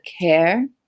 care